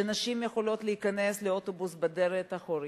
שנשים יכולות להיכנס לאוטובוס בדלת האחורית,